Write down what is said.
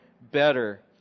better